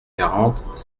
quarante